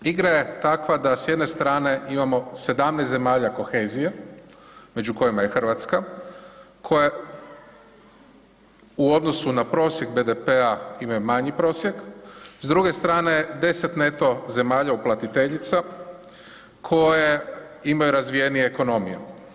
Igra je takva da s jedne strane imamo 17 zemalja kohezije među kojima je i RH koja u odnosu na prosjek BDP-a imaju manji prosjek, s druge strane 10 neto zemalja uplatiteljica koje imaju razvijenije ekonomije.